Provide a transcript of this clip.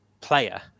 player